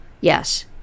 Yes